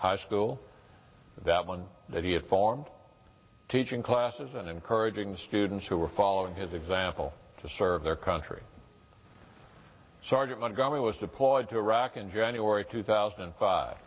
high school that one that he had formed teaching classes and encouraging the students who were following his example to serve their country so argument was deployed to iraq in january two thousand and five